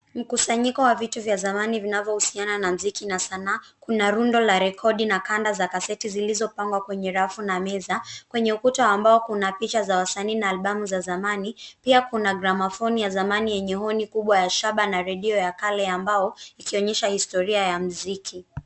Mkusanyiko wa vitu vya zamani vinavyohusiana na muziki na Sanaa. Kuna rundo la rekodi na kanda za gazeti zilizopangwa kwenye rafu na meza. Kwenye ukuta wa mbao kuna picha za wasanii na albamu za zamani, pia kuna gramafoni ya zamani yenye honi kubwa ya shaba na radio ya kale ambao ikionyesha historia ya muziki.